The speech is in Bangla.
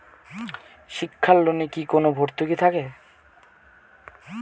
শিক্ষার লোনে কি কোনো ভরতুকি থাকে?